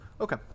Okay